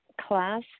class